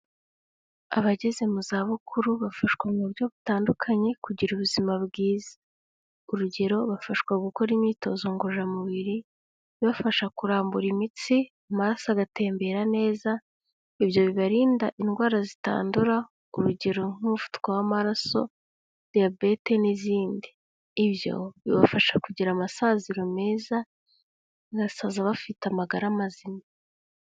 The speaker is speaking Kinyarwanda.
Abageze mu zabukuru bafashwa mu buryo butandukanye kugira ubuzima bwiza. Urugero bafashwa gukora imyitozo ngororamubiri ibafasha kurambura imitsi aramaso agatembera neza, ibyo bibarinda indwara zitandura urugero nk'umuvuduko w'amaraso, diyabete n'izindi. Ibyo bibafasha kugira amasaziro meza, banasaza bafite amagara mazima.